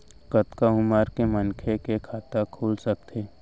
कतका उमर के मनखे के खाता खुल सकथे?